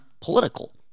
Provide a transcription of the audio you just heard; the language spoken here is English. political